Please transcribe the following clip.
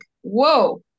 whoa